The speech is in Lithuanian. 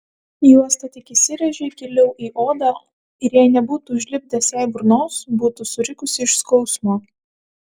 juosta tik įsirėžė giliau į odą ir jei nebūtų užlipdęs jai burnos būtų surikusi iš skausmo